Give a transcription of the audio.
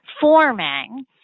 forming